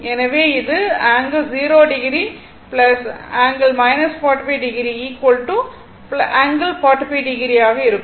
எனவே இது ∠0o ∠ 45o ∠45o ஆக இருக்கும்